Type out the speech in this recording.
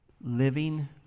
living